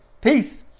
Peace